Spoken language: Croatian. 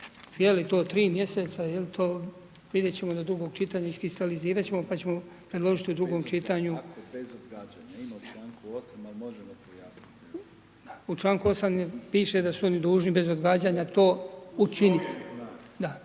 je li to 3 mj., je li to, vidjet ćemo do drugog čitanja, iskristalizirat ćemo pa ćemo predložiti u drugom čitanju. U članku 8. piše da su oni dužni bez odgađanja to učiniti.